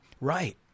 Right